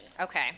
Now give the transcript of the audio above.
Okay